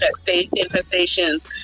infestations